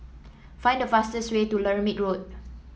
find the fastest way to Lermit Road